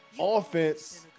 offense